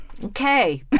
Okay